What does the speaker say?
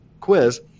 quiz